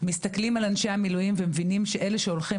מסתכלים על אנשי המילואים ומבינים שאלה שהולכים